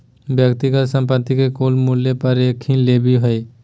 व्यक्तिगत संपत्ति के कुल मूल्य पर एक लेवी हइ